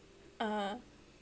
(uh huh)